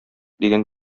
дигән